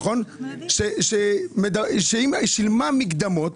ששילמה מקדמות,